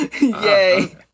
Yay